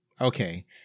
okay